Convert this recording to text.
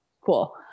Cool